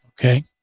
Okay